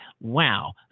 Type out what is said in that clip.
Wow